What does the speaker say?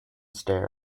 stare